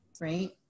right